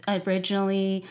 originally